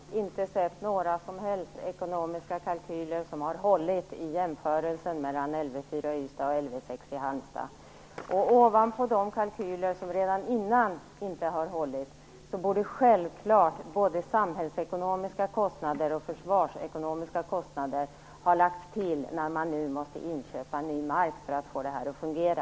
Fru talman! Jag har inte sett några som helst ekonomiska kalkyler som har hållit i jämförelsen mellan Lv 4 i Ystad och Lv 6 i Halmstad. Ovanpå de kalkyler som redan tidigare inte har hållit borde självklart både samhällsekonomiska och försvarsekonomiska kostnader ha lagts till när man nu måste inköpa ny mark för att få det här att fungera.